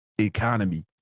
economy